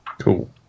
cool